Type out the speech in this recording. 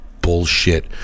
bullshit